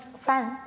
friend